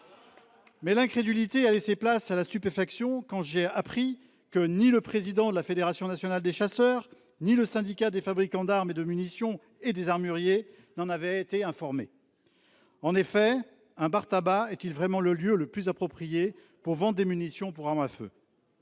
Mais l’incrédulité a laissé place à la stupéfaction quand j’ai appris que ni le président de la Fédération nationale des chasseurs ni le syndicat des armuriers n’en avaient été informés. Un bar tabac est il vraiment le lieu le plus approprié pour vendre des munitions pour armes à feu ?